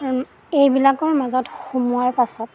এইবিলাকৰ মাজত সোমোৱাৰ পাছত